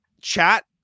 chat